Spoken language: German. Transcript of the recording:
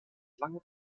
lange